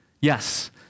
Yes